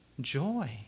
joy